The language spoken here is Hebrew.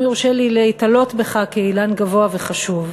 אם יורשה לי להיתלות בך כאילן גבוה וחשוב,